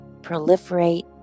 proliferate